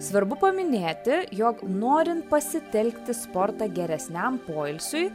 svarbu paminėti jog norin pasitelkti sportą geresniam poilsiui